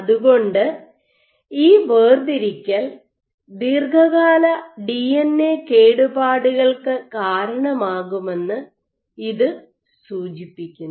അതുകൊണ്ട് ഈ വേർതിരിക്കൽ ദീർഘകാല ഡിഎൻഎ കേടുപാടുകൾക്ക് കാരണമാകുമെന്ന് ഇത് സൂചിപ്പിക്കുന്നു